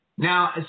Now